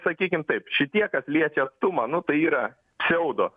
sakykim taip šitie kas liečia atstumą nu tai yra pseudo